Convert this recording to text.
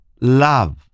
love